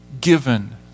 given